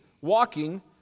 walking